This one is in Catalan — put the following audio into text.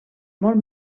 molt